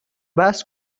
بحث